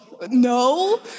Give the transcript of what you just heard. no